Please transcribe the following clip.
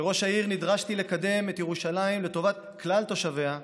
כראש העיר נדרשתי לקדם את ירושלים לטובת כלל תושביה,